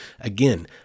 again